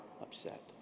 upset